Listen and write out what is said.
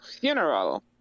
funeral